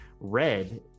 red